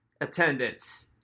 attendance